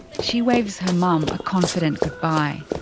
she waves her mum a confident goodbye.